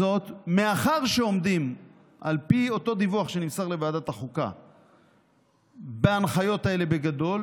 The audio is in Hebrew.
מאחר שעל פי אותו דיווח שנמסר לוועדת החוקה עומדים בהנחיות האלה בגדול,